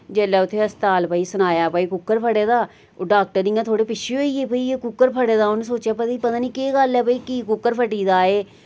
जेल्लै उत्थै हस्पताल भई सनाया भई कुक्कर फटे दा ओह् डाक्टर इयां थोहड़े पिच्छे होई गे भई एह् कुक्कर फटे दा उनें सोचेआ पता पता नि केह् गल्ल ऐ भई कि कुक्कर फटी गेदा ऐ